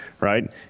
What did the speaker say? right